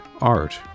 art